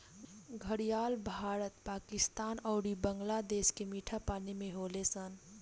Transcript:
घड़ियाल भारत, पाकिस्तान अउरी बांग्लादेश के मीठा पानी में होले सन